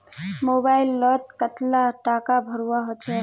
Mobile लोत कतला टाका भरवा होचे?